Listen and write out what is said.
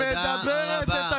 תודה רבה.